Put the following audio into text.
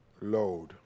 load